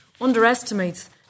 underestimates